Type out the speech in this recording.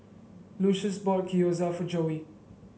Lucious bought Gyoza for Joey